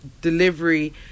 delivery